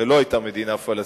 הרי לא היתה מדינה פלסטינית,